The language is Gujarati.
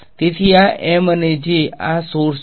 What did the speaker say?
તેથી આ M અને J આ સોર્સ છે